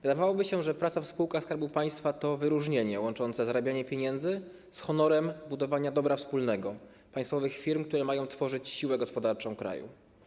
Wydawałoby się, że praca w spółkach Skarbu Państwa to wyróżnienie łączące zarabianie pieniędzy z honorem budowania dobra wspólnego - państwowych firm, które mają tworzyć siłę gospodarczą kraju.